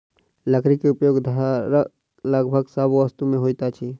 लकड़ी के उपयोग घरक लगभग सभ वस्तु में होइत अछि